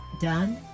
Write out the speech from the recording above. done